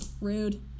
Rude